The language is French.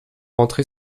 entrer